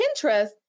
Pinterest